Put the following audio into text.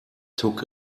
took